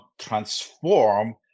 transform